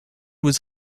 was